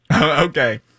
Okay